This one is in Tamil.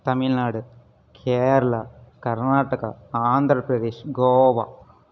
தமிழ்நாடு கேரளா கர்நாடகா ஆந்திர பிரதேசம் கோவா